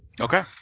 Okay